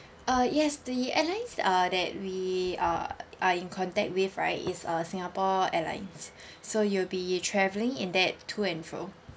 uh yes the airlines uh that we are are in contact with right is uh singapore airlines so you'll be travelling in that to and fro